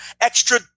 extra